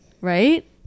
Right